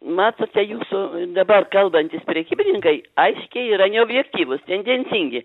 matote jūsų dabar kalbantys prekybininkai aiškiai yra neobjektyvūs tendencingi